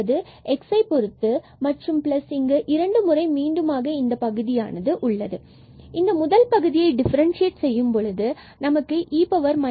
அதாவது x பொருத்து மற்றும் பிளஸ் இங்கு இரண்டு முறை மீண்டும் ஆக டிஃபரன்சியேட் செய்யும் பொழுது இந்த பகுதியானது 4 x 4 x3 and xy2 இவ்வாறாக இருக்கும்